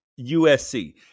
USC